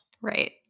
Right